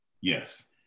Yes